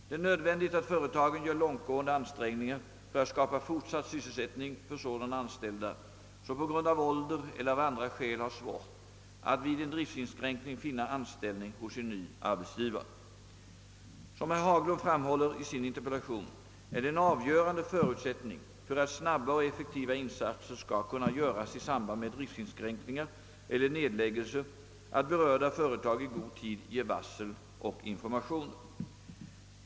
Det är nödvändigt att företagen gör långtgående ansträngningar för att skapa fortsatt sysselsättning för sådana anställda som på grund av ålder eller av andra skäl har svårt att vid en driftsinskränkning finna anställning hos en ny arbetsgivare. Som herr Haglund framhåller i sin interpellation är det en avgörande förutsättning för att snabba och effektiva insatser skall kunna göras i samband med driftsinskränkningar eller nedläggelser, att berörda företag i god tid ger varsel och informationer.